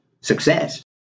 success